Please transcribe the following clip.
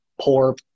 poor